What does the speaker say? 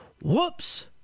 Whoops